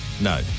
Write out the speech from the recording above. No